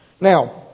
Now